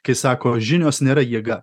kai sako žinios nėra jėga